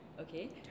Okay